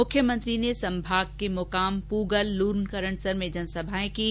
मुख्यमंत्री ने संभाग के मुकाम पुगल लूणकरनसर में जनसभाएं कीं